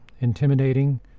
intimidating